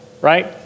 right